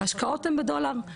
ההשקעות הן בדולר,